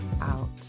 out